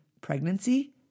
pregnancy